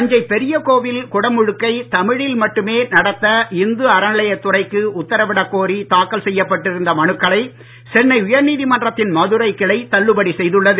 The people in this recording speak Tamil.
தஞ்சை பெரிய கோவில் குடமுழுக்கை தமிழில் மட்டுமே நடத்த இந்நு அறநிலையத் துறைக்கு உத்தரவிடக் கோரி தாக்கல் செய்யப் பட்டிருந்த மனுக்களை சென்னை உயர் நீதிமன்றத்தின் மதுரைக் கிளை தள்ளுபடி செய்துள்ளது